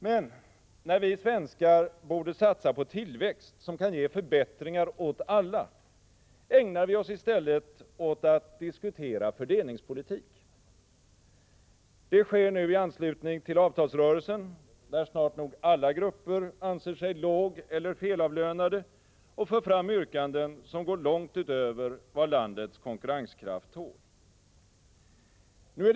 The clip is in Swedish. Men medan vi svenskar borde satsa på tillväxt, som kan ge förbättringar åt alla, ägnar vi oss i stället åt att diskutera fördelningspolitik. Det sker nu i anslutning till avtalsrörelsen, där snart nog alla grupper anser sig lågeller felavlönade och för fram yrkanden som går långt utöver vad landets konkurrenskraft tål.